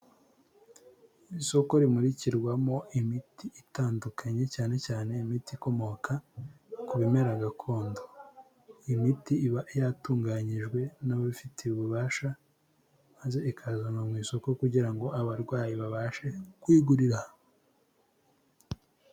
Isoko rimurikirwamo imiti itandukanye cyane cyane imiti ikomoka ku bimera gakondo iyi miti iba yatunganyijwe n'ababifitiye ububasha maze ikazwanwa mu isoko kugira ngo abarwayi babashe kwigurira.